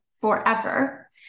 forever